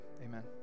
amen